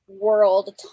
world